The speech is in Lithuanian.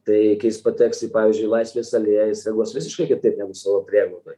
taigi kai jis pateks į pavyzdžiui laisvės alėją jis reaguos visiškai kitaip savo prieglaudoj